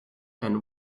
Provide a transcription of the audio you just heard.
and